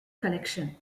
collection